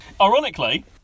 Ironically